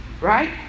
Right